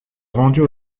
vendues